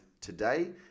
today